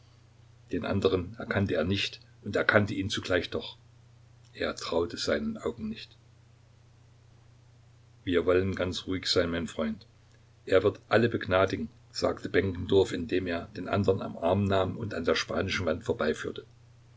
den anderen erkannte er nicht und erkannte ihn zugleich doch er traute seinen augen nicht wir wollen ganz ruhig sein mein freund er wird alle begnadigen sagte benkendorf indem er den andern am arm nahm und an der spanischen wand vorbeiführte